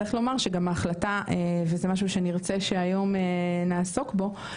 צריך לומר שגם ההחלטה וזה משהו שנרצה שהיום נעסוק בו,